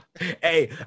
Hey